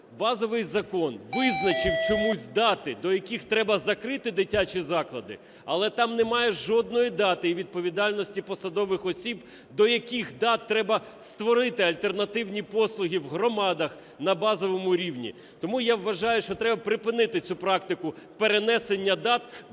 базовий закон визначив чомусь дати, до яких треба закрити дитячі заклади, але там немає жодної дати і відповідальності посадових осіб, до яких дат треба створити альтернативні послуги в громадах на базовому рівні. Тому я вважаю, що треба припинити цю практику перенесення дат,